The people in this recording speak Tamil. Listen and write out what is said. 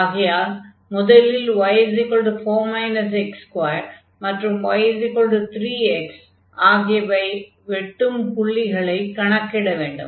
ஆகையால் முதலில் y4 x2 மற்றும் y 3x ஆகியவை வெட்டும் புள்ளிகளைக் கணக்கிட வேண்டும்